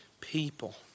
people